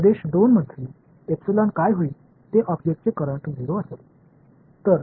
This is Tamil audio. பிராந்தியத்தில் 2 என்ன நடக்கும் என்றால் எப்சிலன் பொருள் மின்னூட்டத்திற்கு 0 ஆக இருக்கும்